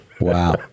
wow